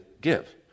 give